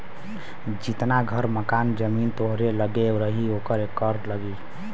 जितना घर मकान जमीन तोहरे लग्गे रही ओकर कर लगी